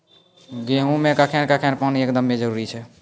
गेहूँ मे कखेन कखेन पानी एकदमें जरुरी छैय?